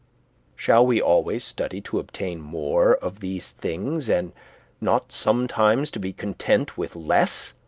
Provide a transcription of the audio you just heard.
shall we always study to obtain more of these things, and not sometimes to be content with less?